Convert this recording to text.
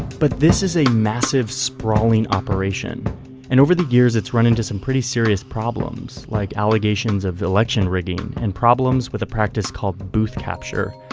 but this is a massive sprawling operation and over the years it's run into some pretty serious problems like allegations of election rigging and problems with a practice called booth capture,